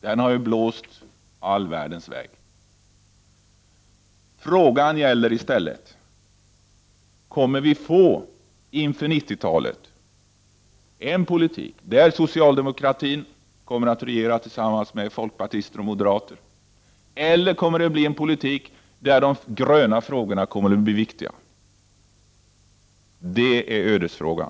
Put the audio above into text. Den har blåst all världens väg. Frågan gäller i stället om vi inför 90-talet kommer att få en politik där socialdemokratin kommer att regera tillsammans med folkpartister och moderater. Eller kommer det att bli en politik där de gröna frågorna kommer att bli viktiga? Det är ödesfrågan.